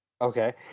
okay